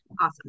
Awesome